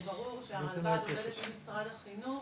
הרלב"ד עובדת עם משרד החינוך,